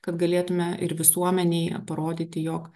kad galėtume ir visuomenei parodyti jog